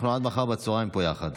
אנחנו עד מחר בצוהריים פה יחד.